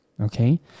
okay